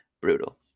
Brutal